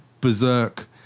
berserk